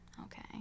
Okay